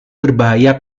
berbahaya